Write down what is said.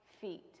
feet